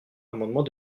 l’amendement